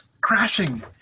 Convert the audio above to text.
crashing